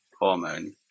hormone